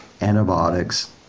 antibiotics